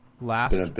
Last